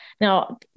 Now